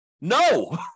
No